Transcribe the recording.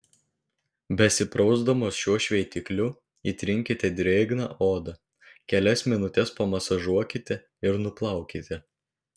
besiprausdamos šiuo šveitikliu įtrinkite drėgną odą kelias minutes pamasažuokite ir nuplaukite